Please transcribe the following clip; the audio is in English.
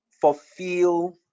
fulfill